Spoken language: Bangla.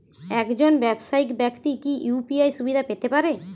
একজন ব্যাবসায়িক ব্যাক্তি কি ইউ.পি.আই সুবিধা পেতে পারে?